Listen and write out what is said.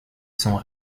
son